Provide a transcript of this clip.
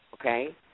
okay